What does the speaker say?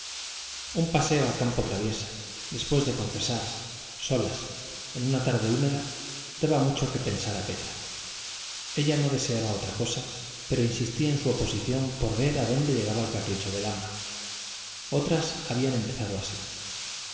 un paseo a campo traviesa después de confesar solas en una tarde húmeda daba mucho en qué pensar a petra ella no deseaba otra cosa pero insistía en su oposición por ver adónde llegaba el capricho del ama otras habían empezado así